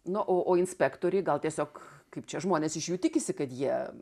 na o o inspektoriai gal tiesiog kaip čia žmonės iš jų tikisi kad jie